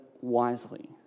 wisely